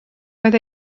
roedd